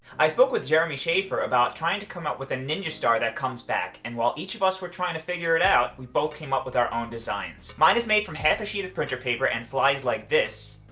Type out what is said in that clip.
i spoke with jeremy shafer about trying to come up with a ninja star that comes back and while each of us were trying to figure it out, we both came up with our own designs. mine is made from half a sheet of printer paper and flies like this.